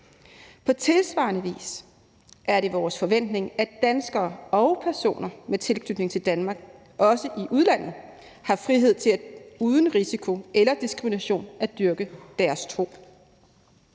På tilsvarende vis er det vores forventning, at danskere og personer med tilknytning til Danmark også i udlandet har frihed til uden risiko eller diskrimination at dyrke deres tro.